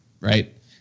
right